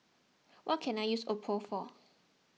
what can I use Oppo for